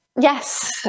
Yes